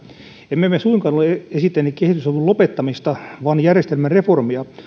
emme me me suinkaan ole esittäneet kehitysavun lopettamista vaan järjestelmän reformia